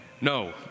No